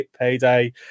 payday